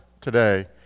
today